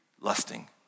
lusting